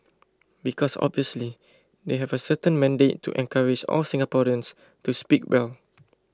because obviously they have a certain mandate to encourage all Singaporeans to speak well